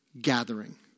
gathering